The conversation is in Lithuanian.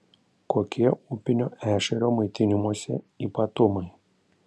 kokie upinio ešerio maitinimosi ypatumai